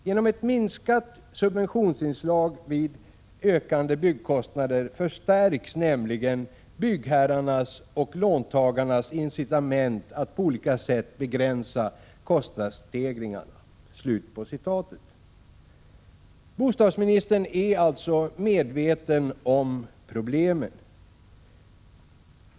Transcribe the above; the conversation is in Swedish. Genom ett minskat subventionsinslag vid ökande byggkostnader förstärks nämligen byggherrarnas och låntagarnas incitament att på olika sätt begränsa kostnadsstegringarna.” Bostadsministern är alltså medveten om problemen.